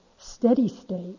steady-state